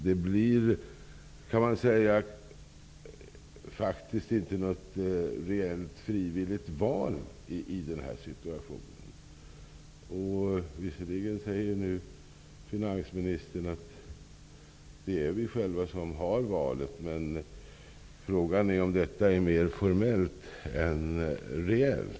Det blir kan man säga inte något reellt frivilligt val i den här situationen. Visserligen säger finansministern att det är vi själva som har valet. Men frågan är om detta är mer formellt än reellt.